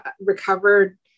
recovered